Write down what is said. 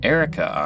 Erica